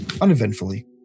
uneventfully